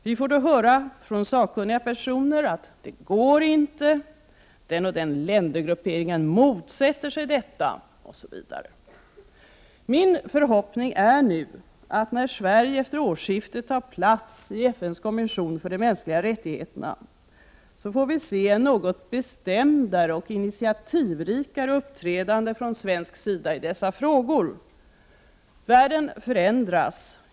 Vi får då höra från sakkunniga personer att det inte går, att den och den ländergrupperingen motsätter sig det osv. Min förhoppning är nu att Sverige, när man efter årsskiftet tar plats i FN:s kommission för de mänskliga rättigheterna, uppträder på ett bestämdare och mer initiativrikt sätt i dessa frågor. Världen förändras.